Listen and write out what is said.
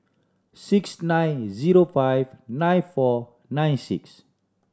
six nine zero five nine four nine six